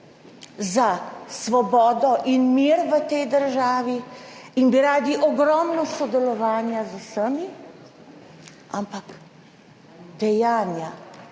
za svobodo in mir v tej državi in bi radi ogromno sodelovanja z vsemi, ampak [pomembna